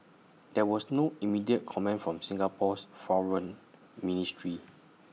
there was no immediate comment from Singapore's foreign ministry